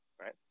Right